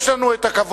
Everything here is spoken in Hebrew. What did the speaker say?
יש לנו הכבוד